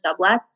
sublets